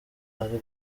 ari